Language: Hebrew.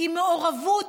עם מעורבות